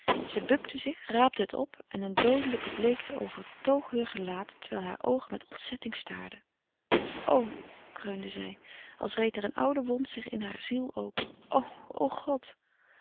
zij bukte zich raapte het op en eene doodelijke bleekte overtoog heur gelaat terwijl haar oogen met ontzetting staarden o kreunde zij als reet er een oude wond zich in hare ziel open o o god